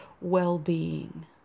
well-being